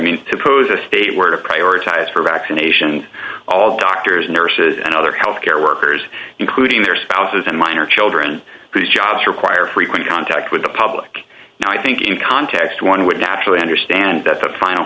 mean to pose a state where to prioritize for vaccinations all doctors nurses and other health care workers including their spouses and minor children whose jobs require frequent contact with the public i think in context one would naturally understand that the final